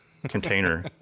container